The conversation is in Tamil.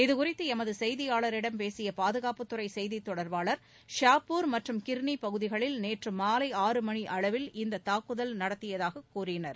இது குறித்து எமது செய்தியாளரிடம் பேசிய பாதுகாப்புத்துறை செய்தித் தொடர்பளர் ஷாப்பூர் மற்றும் கிர்ணி பகுதிகளில் நேற்று மாலை ஆறு மணி அளவில் இத்தாக்குதலை நடத்தியதாக கூறினார்